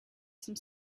some